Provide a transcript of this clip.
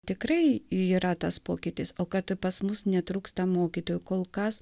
tikrai yra tas pokytis o kad pas mus netrūksta mokytojų kol kas